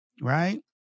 right